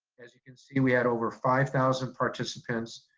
as you can see, we had over five thousand participants,